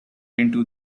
into